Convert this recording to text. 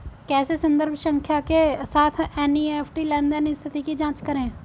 कैसे संदर्भ संख्या के साथ एन.ई.एफ.टी लेनदेन स्थिति की जांच करें?